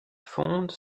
fonde